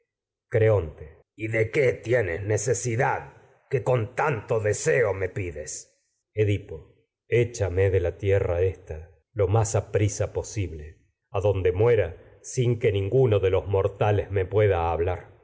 diré creonte deseo y de qué tienes necesidad que con tanto me pides edipo échame muera de la tierra ésta lo más aprisa po sible me adonde sin que ninguno de los mortales v pueda hablar